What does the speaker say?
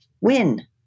win